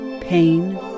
pain